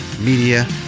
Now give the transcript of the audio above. media